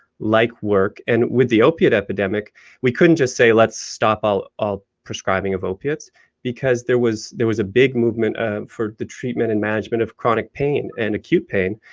like work, and with the opiate epidemic we couldn't say let's stop all all prescribing of opiates because there was there was a big movement ah for the treatment and management of chronic pain, and acute pain,